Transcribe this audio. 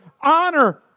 honor